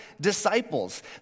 disciples